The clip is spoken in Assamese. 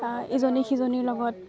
ইজনী সিজনীৰ লগত